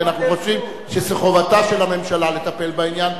כי אנחנו חושבים שזו חובתה של הממשלה לטפל בעניין,